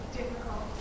difficult